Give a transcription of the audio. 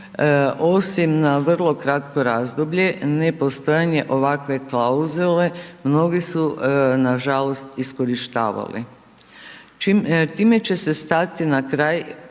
osim na vrlo kratko razdoblje, nepostojanje ovakve klauzule, mnogi su nažalost iskorištavali. Time će se stati na kraj